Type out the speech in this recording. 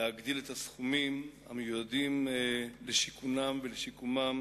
להגדיל את הסכומים המיועדים לשיכונם ולשיקומם